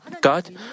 God